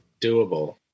doable